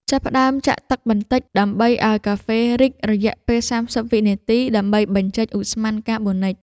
ចាប់ផ្ដើមចាក់ទឹកបន្តិចដើម្បីឱ្យកាហ្វេ រីក រយៈពេល ៣០ វិនាទី ដើម្បីបញ្ចេញឧស្ម័នកាបូនិច។